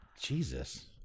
Jesus